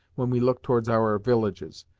when we look towards our villages.